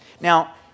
Now